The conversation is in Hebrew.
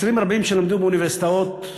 מצרים רבים שלמדו באוניברסיטאות,